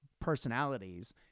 personalities